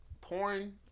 porn